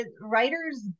writers